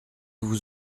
vous